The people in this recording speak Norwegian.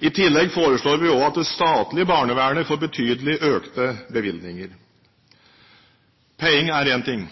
I tillegg foreslår vi også at det statlige barnevernet får betydelig økte bevilgninger. Penger er én ting,